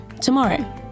tomorrow